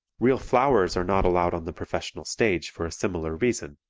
real flowers are not allowed on the professional stage for a similar reason.